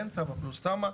אין תב"ע פלוס תמ"א.